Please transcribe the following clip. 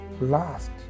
last